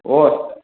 ꯑꯣ